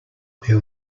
who